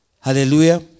Hallelujah